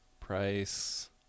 price